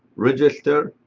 register.